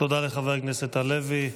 תודה לחבר הכנסת הלוי.